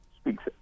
speaks